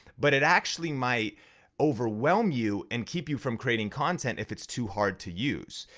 but it actually might overwhelm you and keep you from creating content if it's too hard to use.